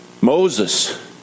Moses